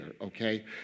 okay